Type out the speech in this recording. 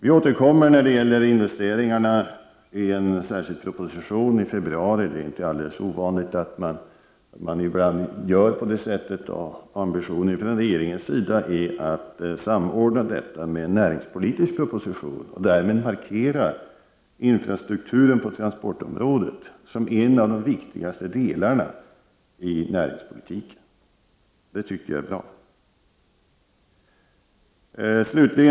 När det gäller investeringarna återkommer regeringen i februari med en särskild proposition. Det är inte alldeles ovanligt att man gör på detta sätt. Ambitionen från regeringens sida är att samordna den med en näringspolitisk proposition och därmed markera att infrastrukturen på transportområdet är en av de viktigaste delarna i näringspolitiken. Jag tycker att detta är bra.